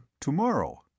tomorrow